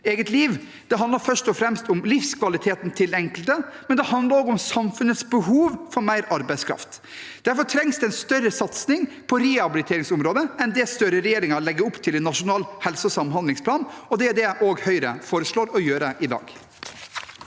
eget liv. Det handler først og fremst om livskvaliteten til den enkelte, men det handler også om samfunnets behov for mer arbeidskraft. Derfor trengs det en større satsing på rehabiliteringsområdet enn det Støre-regjeringen legger opp til i Nasjonal helse- og samhandlingsplan, og det er det Høyre foreslår i dag.